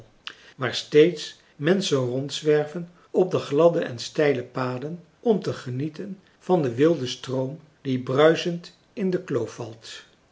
waar steeds menschen rondzwerven op de gladde en steile paden om te genieten van den wilden stroom die bruisend in de kloof valt